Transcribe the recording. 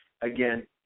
again